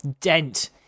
dent